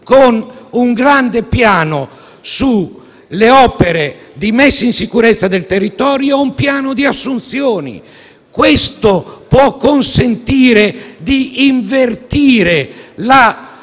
con un grande piano sulle opere per la messa in sicurezza del territorio e un piano di assunzioni. Ciò può consentire di invertire la